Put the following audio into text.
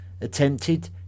attempted